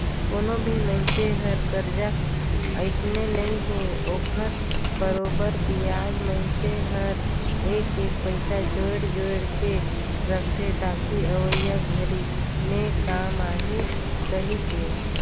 कोनो भी मइनसे हर करजा अइसने नइ हे ओखर बरोबर बियाज मइनसे हर एक एक पइसा जोयड़ जोयड़ के रखथे ताकि अवइया घरी मे काम आही कहीके